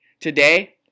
Today